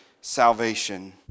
salvation